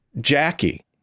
Jackie